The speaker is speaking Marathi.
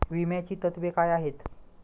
विम्याची तत्वे काय आहेत?